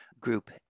group